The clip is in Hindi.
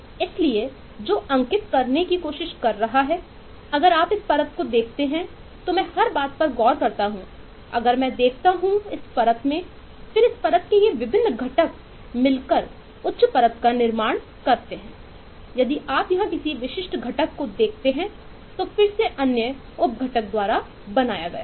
इसलिए जो अंकित करने की कोशिश कर रहा है अगर आप इस परत को देखते हैं तो मैं हर बात पर गौर करता हूं अगर मैं देखता हूं इस परत में फिर इस परत के ये विभिन्न घटक मिलकर उच्च परत का निर्माण करते हैं यदि आप यहां किसी विशिष्ट घटक को देखते हैं तो फिर से अन्य उपघटक द्वारा बनाया गया है